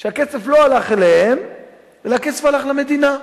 שהכסף לא הלך אליהם אלא הכסף הלך למדינה.